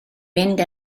mynd